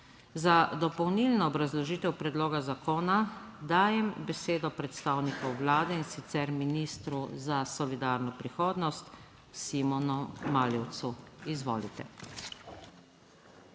Za dopolnilno obrazložitev predloga zakona dajem besedo predstavniku Vlade in sicer ministru za solidarno prihodnost Simonu Maljevcu. Izvolite.